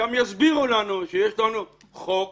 שם יסבירו לנו שיש לנו חוק